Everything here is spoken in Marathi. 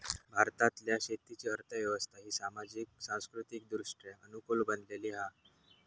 भारतातल्या शेतीची अर्थ व्यवस्था ही सामाजिक, सांस्कृतिकदृष्ट्या अनुकूल बनलेली हा